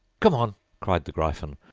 come on cried the gryphon,